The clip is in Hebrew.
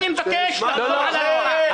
אני מבקש לספור.